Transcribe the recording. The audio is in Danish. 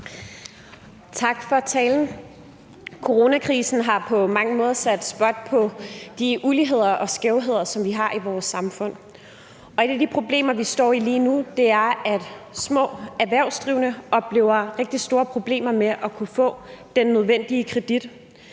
Tak for talen. Coronakrisen har på mange måder sat spot på de uligheder og skævheder, som vi har i vores samfund. Og et af de problemer, vi står med lige nu, er, at små erhvervsdrivende oplever rigtig store problemer med at kunne få den nødvendige kredit.